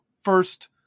first